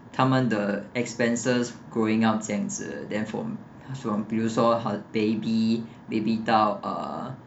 他们的 expenses growing up 这样子 then from from 比如说 uh baby baby 到 ah